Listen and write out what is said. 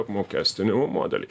apmokestinimo modelį